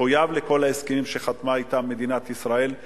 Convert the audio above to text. מחויב לכל ההסכמים שמדינת ישראל חתמה אתם.